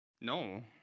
no